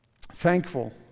thankful